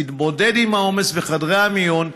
תתמודד עם העומס בחדרי המיון,